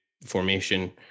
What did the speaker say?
formation